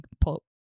pull